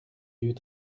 yeux